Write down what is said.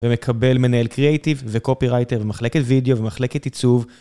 ומקבל מנהל קריאיטיב וקופי רייטר ומחלקת וידאו ומחלקת עיצוב...